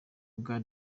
bwa